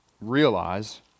realize